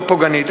לא פוגענית.